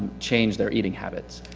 change their eating habits.